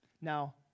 Now